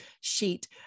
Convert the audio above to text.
sheet